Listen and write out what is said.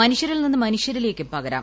മനുഷ്യരിൽ നിന്ന് മനുഷ്യരിലേക്കും പകരാം